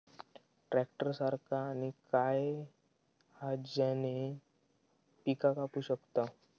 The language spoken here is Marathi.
ट्रॅक्टर सारखा आणि काय हा ज्याने पीका कापू शकताव?